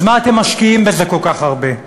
אז מה אתם משקיעים בזה כל כך הרבה?